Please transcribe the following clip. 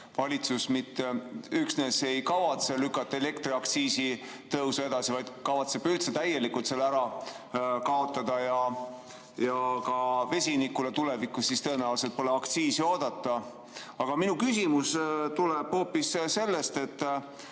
valitsus mitte üksnes ei kavatse lükata elektriaktsiisi tõusu edasi, vaid kavatseb selle üldse kaotada ja ka vesinikule tulevikus tõenäoliselt pole aktsiisi oodata. Aga minu küsimus tuleb hoopis sellest, et